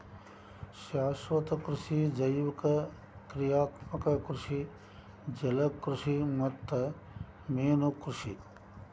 ಶಾಶ್ವತ ಕೃಷಿ ಜೈವಿಕ ಕ್ರಿಯಾತ್ಮಕ ಕೃಷಿ ಜಲಕೃಷಿ ಮತ್ತ ಮೇನುಕೃಷಿ